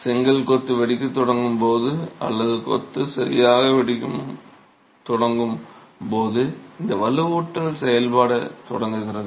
செங்கல் கொத்து வெடிக்கத் தொடங்கும் போது அல்லது கொத்து சரியாக வெடிக்கத் தொடங்கும் போது இந்த வலுவூட்டல் செயல்படத் தொடங்குகிறது